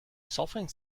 solfaing